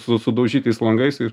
su sudaužytais langais ir